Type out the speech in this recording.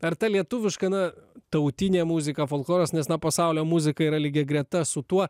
ar ta lietuviška na tautinė muzika folkloras nes na pasaulio muzika yra lygia greta su tuo